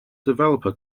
developer